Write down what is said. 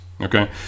Okay